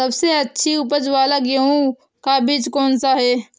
सबसे अच्छी उपज वाला गेहूँ का बीज कौन सा है?